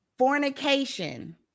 fornication